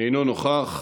אינו נוכח.